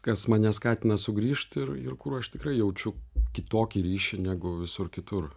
kas mane skatina sugrįžt ir ir kur aš tikrai jaučiu kitokį ryšį negu visur kitur